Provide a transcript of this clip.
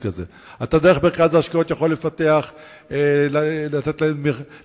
אבל נניח שהמפעל הזה הוא בעל יכולת קיומית והוא מסוגל להיות רווחי,